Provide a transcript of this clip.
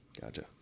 Gotcha